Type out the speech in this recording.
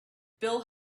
bill